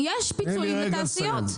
יש פיצויים לתעשיות.